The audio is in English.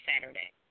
Saturday